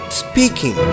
speaking